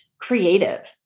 creative